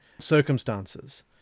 circumstances